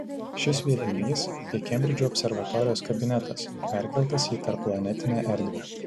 šis sviedinys tai kembridžo observatorijos kabinetas perkeltas į tarpplanetinę erdvę